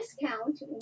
discount